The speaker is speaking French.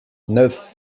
neuf